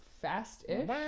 fast-ish